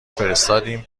فرستادیم